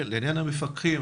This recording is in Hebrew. לעניין המפקחים,